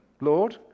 Lord